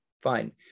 fine